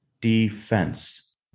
Defense